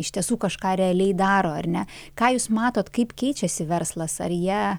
iš tiesų kažką realiai daro ar ne ką jūs matot kaip keičiasi verslas ar jie